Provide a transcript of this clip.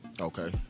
Okay